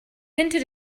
hinted